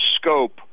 scope